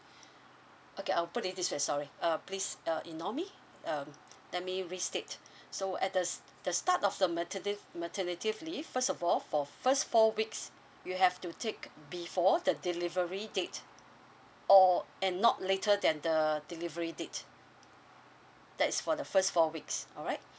okay I'll put it this way sorry uh please uh ignore me um let me restate so at the start the start of the mater~ maternity leave first of all for first four weeks you have to take before the delivery date or and not later than the delivery date that is for the first four weeks alright